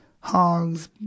hogs